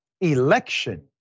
election